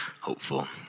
hopeful